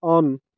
on